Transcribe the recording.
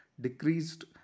decreased